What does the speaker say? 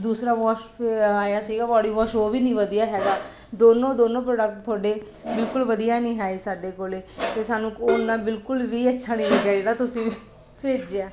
ਦੂਸਰਾ ਵੋਸ਼ ਆਇਆ ਸੀਗਾ ਬੋਡੀ ਵੋਸ਼ ਉਹ ਵੀ ਨਹੀਂ ਵਧੀਆ ਹੈਗਾ ਦੋਨੋਂ ਦੋਨੋਂ ਪ੍ਰੋਡਕਟ ਤੁਹਾਡੇ ਬਿਲਕੁਲ ਵਧੀਆ ਨਹੀਂ ਆਏ ਸਾਡੇ ਕੋਲ ਅਤੇ ਸਾਨੂੰ ਓਨਾ ਬਿਲਕੁਲ ਵੀ ਅੱਛਾ ਨਹੀਂ ਲੱਗਿਆ ਜਿਹੜਾ ਤੁਸੀਂ ਭੇਜਿਆ